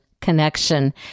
connection